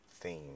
theme